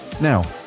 now